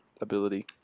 ability